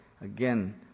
Again